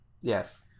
yes